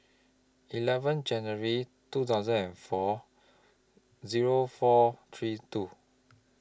eleven January two thousand and four Zero four three two